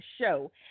Show